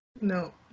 no